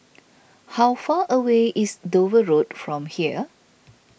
how far away is Dover Road from here